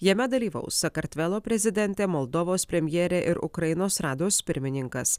jame dalyvaus sakartvelo prezidentė moldovos premjerė ir ukrainos rados pirmininkas